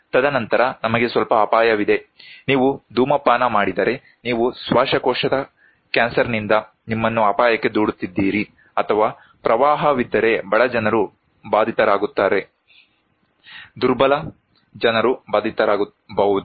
ತದನಂತರ ನಮಗೆ ಸ್ವಲ್ಪ ಅಪಾಯವಿದೆ ನೀವು ಧೂಮಪಾನ ಮಾಡಿದರೆ ನೀವು ಶ್ವಾಸಕೋಶದ ಕ್ಯಾನ್ಸರ್ನಿಂದ ನಿಮ್ಮನ್ನು ಅಪಾಯಕ್ಕೆ ದೂಡುತ್ತಿದ್ದೀರಿ ಅಥವಾ ಪ್ರವಾಹವಿದ್ದರೆ ಬಡ ಜನರು ಬಾಧಿತರಾಗುತ್ತಾರೆ ದುರ್ಬಲ ಜನರು ಬಾಧಿತರಾಗಬಹುದು